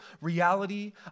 reality